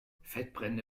fettbrände